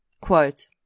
Quote